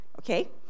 Okay